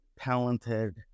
talented